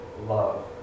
love